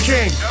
King